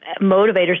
motivators